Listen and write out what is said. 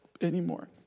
anymore